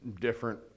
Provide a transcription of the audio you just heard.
different